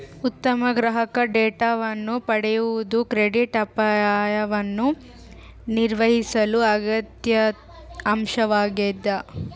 ಉತ್ತಮ ಗ್ರಾಹಕ ಡೇಟಾವನ್ನು ಪಡೆಯುವುದು ಕ್ರೆಡಿಟ್ ಅಪಾಯವನ್ನು ನಿರ್ವಹಿಸಲು ಅತ್ಯಗತ್ಯ ಅಂಶವಾಗ್ಯದ